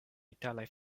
italaj